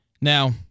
Now